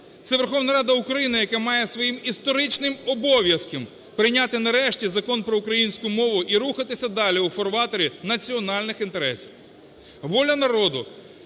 це Верховна Рада України, яка має своїм історичним обов'язковим прийняти нарешті Закон про українську мову і рухатися далі у фарватері національних інтересів. "Воля народу"